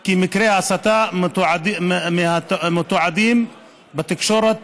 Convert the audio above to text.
כי מספר מקרי ההסתה המתועדים בתקשורת